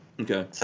Okay